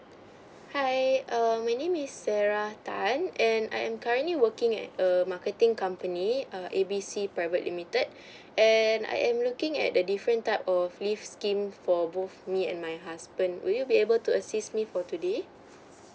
hi um my name is sarah tan and I am currently working at a marketing company err A B C private limited and I am looking at the different type of leave scheme for both me and my husband would you be able to assist me for today